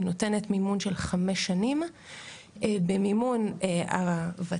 היא נותנת מימון של חמש שנים במימון הות"ת,